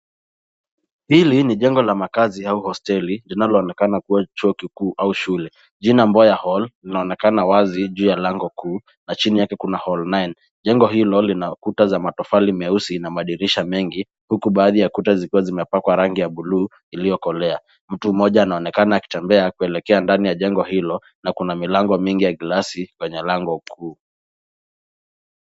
Hili ni jengo la makaazi au hosteli linaloonekana kuwa chuo kikuu au shule jina Mboya hall linaonekana wazi juu ya lango kuu na chini yake kuna Hall 9 .Jengo hilo linakuta za matofali meusi na madirisha mengi huku baadhi ya kuta zikiwa zimepakwa rangi ya blue iliyokolea. Mtu mmoja anaonekana akitembea akielekea ndani ya jengo hilo na kuna milango mingi ya glasi kwenye lango kuu.